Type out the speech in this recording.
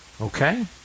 okay